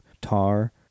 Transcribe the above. tar